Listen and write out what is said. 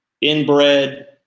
inbred